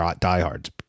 diehards